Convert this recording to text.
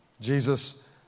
Jesus